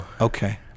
Okay